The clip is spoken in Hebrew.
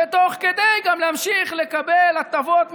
ותוך כדי כך גם להמשיך לקבל הטבות מהמדינה,